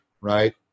right